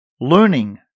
Learning